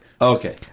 Okay